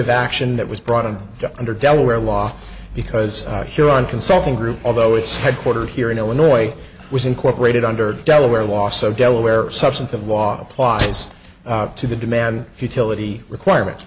derivative action that was brought in under delaware law because here on consulting group although it's headquartered here in illinois was incorporated under delaware law so delaware substantive law applies to the demand futility requirement